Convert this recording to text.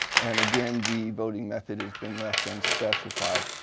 and, again, the voting method has been left unspecified.